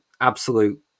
absolute